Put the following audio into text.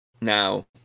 Now